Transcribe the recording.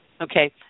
Okay